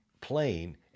plane